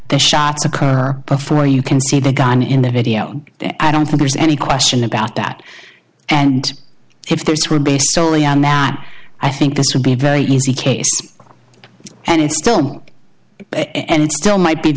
the shots occur before you can see the gun in the video i don't think there's any question about that and if this were based solely on not i think this would be very easy case and it still still might be the